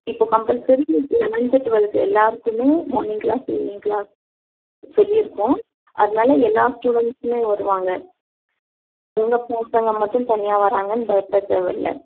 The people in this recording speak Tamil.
இப்போ கம்பல்சரி லெவன்த்து டுவல்த்து எல்லோருக்குமே மார்னிங் கிளாஸ் ஈவினிங் கிளாஸ் சொல்லியிருக்கோம் அதனால எல்லா ஸ்டுடண்ஸுமே வருவாங்க உங்கள் பசங்க மட்டும் தனியாக வர்றாங்கன்னு பயப்படத்தேவயில்ல